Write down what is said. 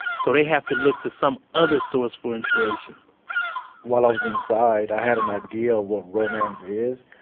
so they have to look to some other source for inspiration while i was inside, i had an idea of what romance is.